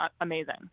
amazing